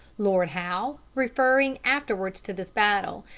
lord howe, referring afterwards to this battle,